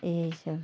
यही सब